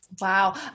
wow